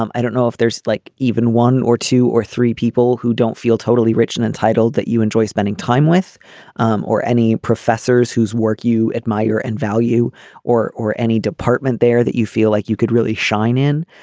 um i don't know if there's like even one or two or three people who don't feel totally rich and entitled that you enjoy spending time with um or any professors whose work you admire and value or or any department there that you feel like you could really shine in.